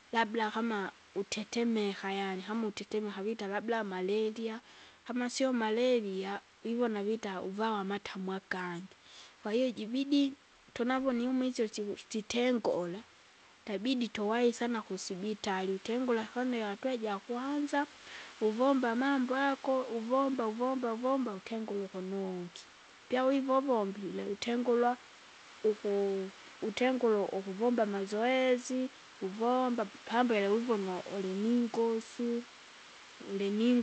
Labda kama utetemeka yaani kama utetemeka vita labda maleria. Kama sio maleria ivona vita uvawa matamwa amatamwa akangi. Kwahiyo jibidi, tunao niumwe isyo sili sitengola, itabidi tuwai sana kusibitarim. itengula kwane atua jakwanza, uvomba amambo ago uvomva uvomba uvomba utengua ukunungye, pyawiva uvombile utengurya uku utengura ukuvomba amazoezi, uvomba pambele uvona uliningosu ulini.